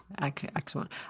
Excellent